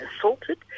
assaulted